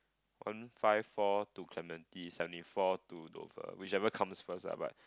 one five four to Clementi seventy four to Dover whichever comes first ah but